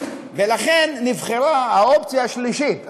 ולכן נבחרה האופציה השלישית,